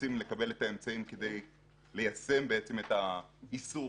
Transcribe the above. ורוצים לקבל את האמצעים כדי ליישם את האיסור